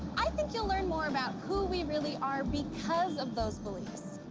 i think you'll learn more about who we really are because of those beliefs.